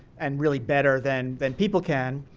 and really better than than people can.